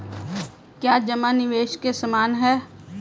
क्या जमा निवेश के समान है?